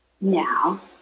now